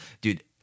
dude